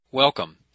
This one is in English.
Welcome